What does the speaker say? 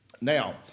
Now